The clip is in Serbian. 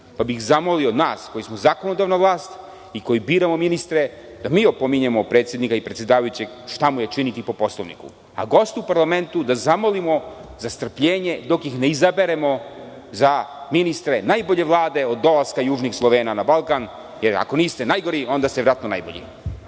Zamolio bih nas koji smo zakonodavna vlast i koji biramo ministre, da mi opominjemo predsednika i predsedavajućeg šta mu je činiti po Poslovniku. Goste u parlamentu da zamolimo za strpljenje dok ih ne izaberemo za ministre najbolje Vlade od dolaska južnih Slovena na Balkan, jer ako niste najgori, onda ste verovatno najbolji.